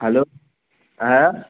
hello হ্যাঁ